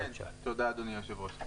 תודה אדוני היושב ראש.